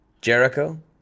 Jericho